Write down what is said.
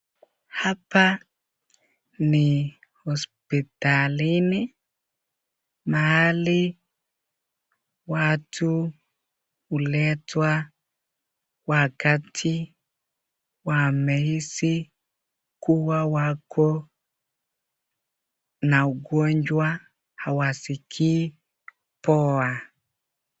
Hapa ni hospitalini mahali watu huletwa wakati wamehisi kua wako na ugonjwa hawasikii poa.